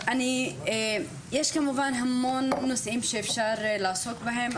יש כמובן המון נושאים שאפשר לעסוק בהם,